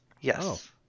Yes